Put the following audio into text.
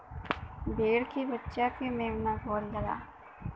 भेड़ के बच्चा के मेमना कहल जाला